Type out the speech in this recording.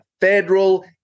Federal